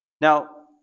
Now